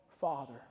Father